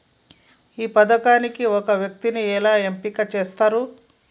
ఈ పథకానికి ఒక వ్యక్తిని ఎలా ఎంపిక చేస్తారు?